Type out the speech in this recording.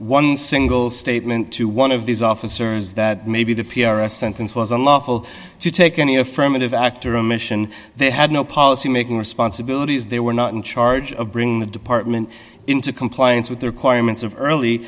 one single statement to one of these officers that maybe the p r s sentence was unlawful to take any affirmative act or omission they had no policy making responsibilities they were not in charge of bringing the department into compliance with the requirements of early